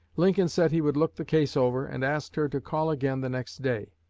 lincoln said he would look the case over, and asked her to call again the next day.